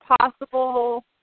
possible